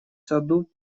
саду